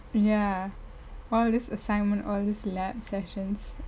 ya all these assignments all these lab sessions